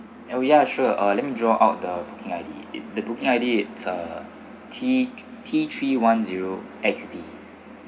oh ya sure uh let me draw out the booking I_D it the booking I_D its a T T three one zero X D